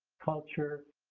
culture,